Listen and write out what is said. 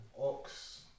Ox